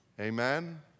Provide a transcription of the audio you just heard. Amen